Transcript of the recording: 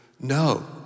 no